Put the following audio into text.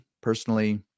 personally